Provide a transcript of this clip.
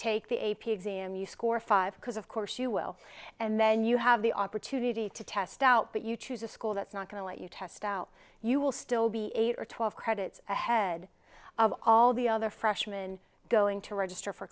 take the a p exam you score five because of course you will and then you have the opportunity to test out but you choose a school that's not going to let you test out you will still be eight or twelve credits ahead of all the other freshman going to register for